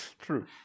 True